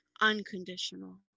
unconditional